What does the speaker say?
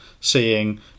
Seeing